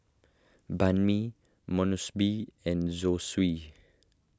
Banh Mi and Zosui